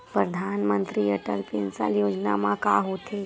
परधानमंतरी अटल पेंशन योजना मा का होथे?